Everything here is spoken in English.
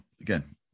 again